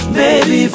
baby